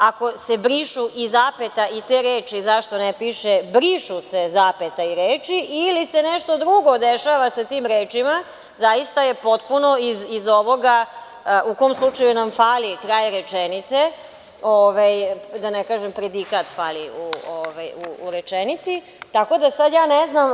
Ako se brišu i zapeta i te reči zašto ne piše brišu se zapeta i reči ili se nešto drugo dešava sa tim rečima, zaista je potpuno iz ovoga u kom slučaju nam fali kraj rečenice, da ne kažem predikat fali u rečenici, tako da sad ja ne znam.